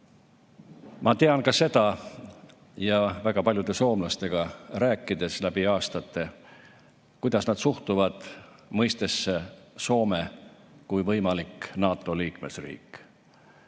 Ma tean ka seda, olles väga paljude soomlastega läbi aastate rääkinud, kuidas nad suhtuvad mõistesse "Soome kui võimalik NATO liikmesriik".